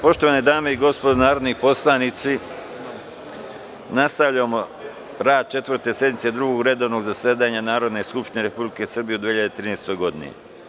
Poštovane dame i gospodo narodni poslanici, nastavljamo rad Četvrte sednice Drugog redovnog zasedanja Narodne skupštine Republike Srbije u 2013. godini.